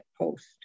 Post